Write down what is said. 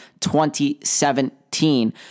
2017